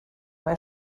mae